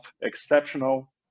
Exceptional